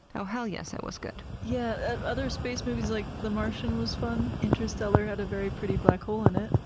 oh hell yes it was good. yeah other space movies, like, the martian was fun. interstellar had a very pretty black hole in it.